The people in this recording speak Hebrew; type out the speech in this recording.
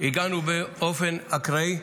הגענו באופן אקראי.